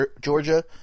Georgia